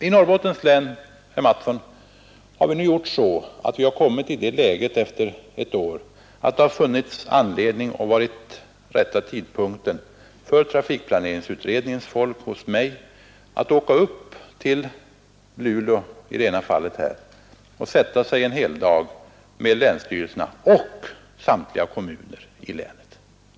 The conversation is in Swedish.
I Norrbottens län har vi nu, herr Mattsson, efter ett år kommit i det läget att det har funnits anledning och varit rätta tillfället för trafikplaneringsutredningens folk hos mig att åka upp till Luleå — i det ena fallet — och sätta sig en heldag med representanter för länsstyrelsen och för samtliga kommuner i länet.